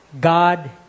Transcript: God